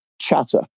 chatter